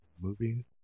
moving